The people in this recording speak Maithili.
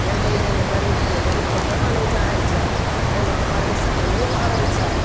नहि दै हइ गरीबके गरीबके देखऽ नहि चाहय छै अइ मतबरहे सभके मुँह भरय छै